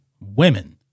women